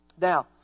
Now